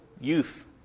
youth